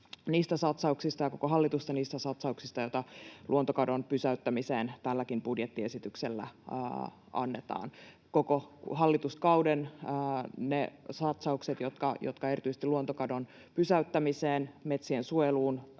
koko hallitusta jälleen kerran niistä satsauksista, joita luontokadon pysäyttämiseen tälläkin budjettiesityksellä tehdään. Koko hallituskauden ne satsaukset, jotka erityisesti luontokadon pysäyttämiseen — metsien suojeluun,